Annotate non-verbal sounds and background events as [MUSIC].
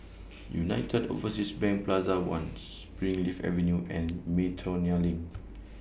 [NOISE] United Overseas Bank Plaza one Springleaf Avenue and Miltonia LINK